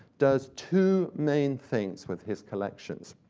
does two main things with his collections.